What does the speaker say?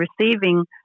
receiving